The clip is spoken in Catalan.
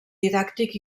didàctic